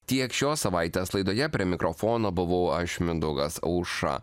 tiek šios savaitės laidoje prie mikrofono buvau aš mindaugas auša